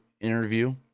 interview